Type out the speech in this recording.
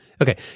okay